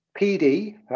pd